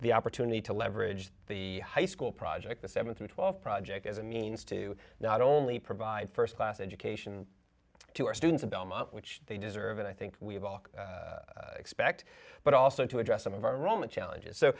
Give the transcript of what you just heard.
the opportunity to leverage the high school project the seven through twelve project as a means to not only provide first class education to our students belmont which they deserve and i think we've all expect but also to address some of our roman challenges so